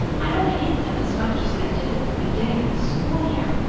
i don't hate them as much as i did at the beginning of the school year.